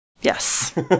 yes